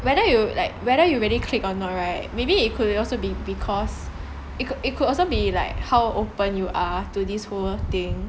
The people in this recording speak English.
whether you like whether you really click or not right maybe it could also be because it could it could also be like how open you are to this whole thing